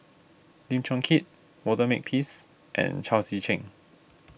Lim Chong Keat Walter Makepeace and Chao Tzee Cheng